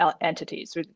entities